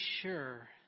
sure